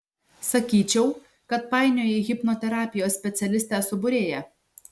sakyčiau kad painioji hipnoterapijos specialistę su būrėja